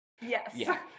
yes